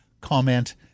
comment